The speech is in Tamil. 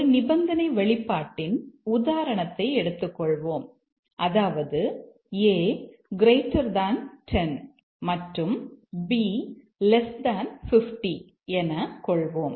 ஒரு நிபந்தனை வெளிப்பாட்டின் உதாரணத்தை எடுத்துக்கொள்வோம் அதாவது a 10 மற்றும் b 50 எனக் கொள்வோம்